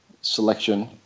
selection